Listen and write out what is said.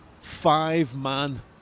five-man